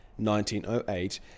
1908